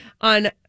on